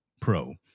pro